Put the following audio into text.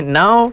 now